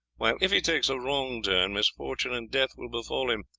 while if he takes a wrong turn misfortune and death will befall him.